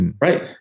Right